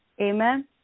Amen